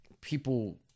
people